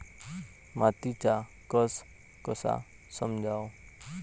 मातीचा कस कसा समजाव?